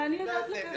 והיא מאזנת את ההחלטה.